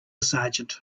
sergeant